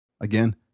Again